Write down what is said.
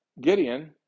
Gideon